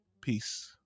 Peace